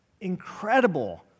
incredible